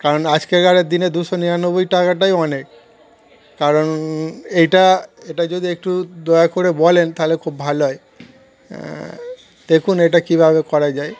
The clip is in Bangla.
কারণ আজকেরকারের দিনে দুশো নিরানব্বই টাকাটাই অনেক কারণ এইটা এটা যদি একটু দয়া করে বলেন তাহলে খুব ভালো হয় দেখুন এটা কীভাবে করা যায়